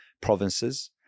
provinces